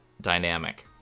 dynamic